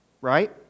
Right